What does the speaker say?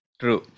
true